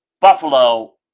Buffalo